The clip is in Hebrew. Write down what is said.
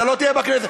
אתה לא תהיה בכנסת.